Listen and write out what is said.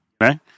right